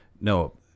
no